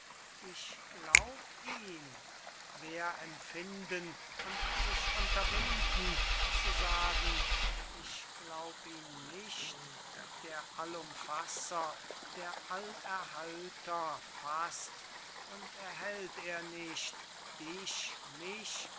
ich glaub ihn wer empfinden und sich unterwinden zu sagen ich glaub ihn nicht der allumfasser der allerhalter faßt und erhält er nicht dich mich